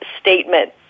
statement